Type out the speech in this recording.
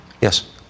yes